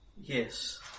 Yes